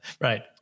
Right